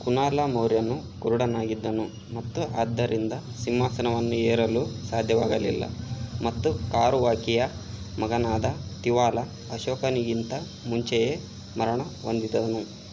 ಕುನಾಲ ಮೌರ್ಯನು ಕುರುಡನಾಗಿದ್ದನು ಮತ್ತು ಆದ್ದರಿಂದ ಸಿಂಹಾಸನವನ್ನು ಏರಲು ಸಾಧ್ಯವಾಗಲಿಲ್ಲ ಮತ್ತು ಕಾರುವಾಕಿಯ ಮಗನಾದ ತಿವಾಲ ಅಶೋಕನಿಗಿಂತ ಮುಂಚೆಯೇ ಮರಣಹೊಂದಿದನು